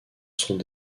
sont